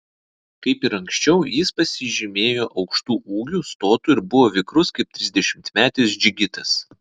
kaip ir anksčiau jis pasižymėjo aukštu ūgiu stotu ir buvo vikrus kaip trisdešimtmetis džigitas